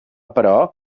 però